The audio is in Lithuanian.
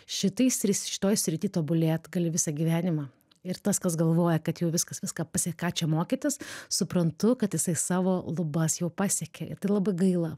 šitais šitoj srity tobulėt gali visą gyvenimą ir tas kas galvoja kad jau viskas viską pasi ką čia mokytis suprantu kad jisai savo lubas jau pasiekė tai labai gaila